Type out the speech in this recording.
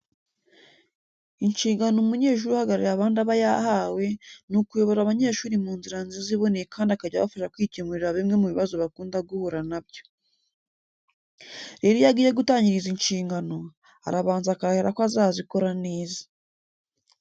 Inshingano umunyeshuri uhagarariye abandi aba yahawe, ni ukuyobora abanyeshuri mu nzira nziza iboneye kandi akajya abafasha kwikemurira bimwe mu bibazo bakunda guhura na byo. Rero iyo agiye gutangira izi nshingano, arabanza akarahira ko azazikora neza.